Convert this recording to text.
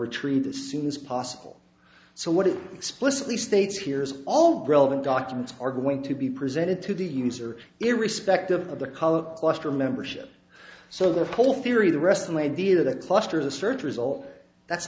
retreat as soon as possible so what is explicitly states here is all relevant documents are going to be presented to the user irrespective of the color cluster membership so the whole theory the rest of the idea that a cluster the search result that's